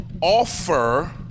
offer